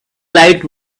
lights